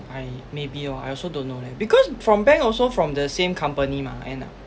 I maybe orh I also don't know leh because from bank also from the same company mah and